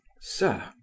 sir